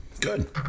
good